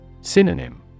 Synonym